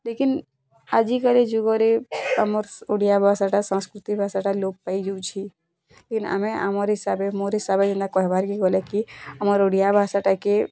ଲେକିନ୍ ଆଜିକାଲି ଯୁଗରେ ଆମର୍ ଓଡ଼ିଆ ଭାଷାଟା ସଂସ୍କୃତି ଭାଷାଟା ଲୋପ୍ ପାଇଯାଉଛି ଆମେ ଆମର୍ ହିସାବେ ମୋର୍ ହିସାବେ ଯେନ୍ତା କହିବାରକି ଗଲେ କି ଆମର୍ ଓଡ଼ିଆ ଭାଷାଟା କେ